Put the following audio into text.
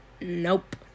Nope